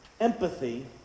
Empathy